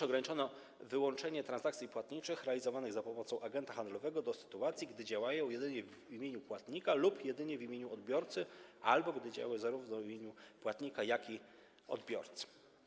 Ograniczono również wyłączenie transakcji płatniczych realizowanych za pomocą agenta handlowego do sytuacji, gdy działają jedynie w imieniu płatnika lub jedynie w imieniu odbiorcy, albo gdy działają zarówno w imieniu płatnika, jak i odbiorcy.